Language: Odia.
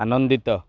ଆନନ୍ଦିତ